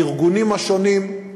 הארגונים השונים,